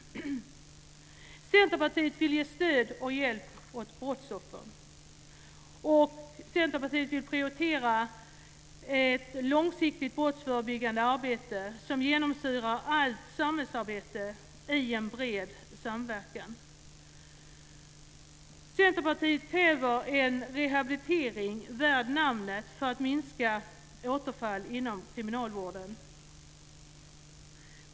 Centerpartiet vill ge stöd och hjälp åt brottsoffer. Centerpartiet vill prioritera ett långsiktigt brottsförebyggande arbete som genomsyrar allt samhällsarbete i en bred samverkan. Centerpartiet kräver en rehabilitering värd namnet för att minska återfall inom kriminalvården.